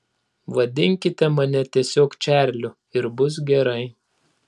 vadinkite mane tiesiog čarliu ir bus gerai